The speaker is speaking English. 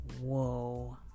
Whoa